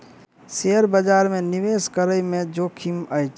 share बजार में निवेश करै में जोखिम अछि